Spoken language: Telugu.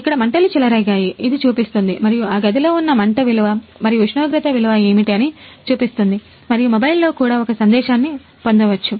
ఇక్కడ మంటలు చెలరేగాయి ఇది చూపిస్తుంది మరియు ఆ గదిలో ఉన్న మంట విలువ మరియు ఉష్ణోగ్రత విలువ ఏమిటి అని చూపిస్తుంది మరియు మొబైల్లో కూడా ఒక సందేశాన్ని పొందవచ్చు